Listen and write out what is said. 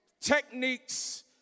techniques